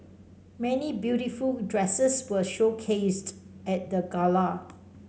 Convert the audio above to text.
many beautiful dresses were showcased at the gala